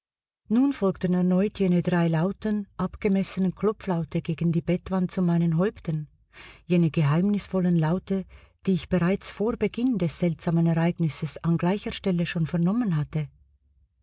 nun folgten erneut jene drei lauten abgemessenen klopflaute gegen die bettwand zu meinen häupten jene geheimnisvollen laute die ich bereits vor beginn des seltsamen ereignisses an gleicher stelle schon vernommen hatte